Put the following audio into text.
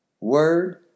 word